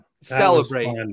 celebrate